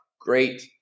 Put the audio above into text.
Great